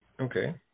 Okay